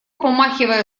помахивая